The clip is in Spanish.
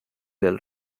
del